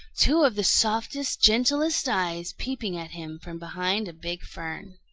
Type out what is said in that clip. two of the softest, gentlest eyes peeping at him from behind a big fern.